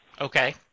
Okay